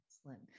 Excellent